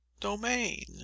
domain